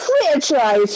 franchise